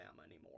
anymore